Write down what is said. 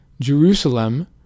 Jerusalem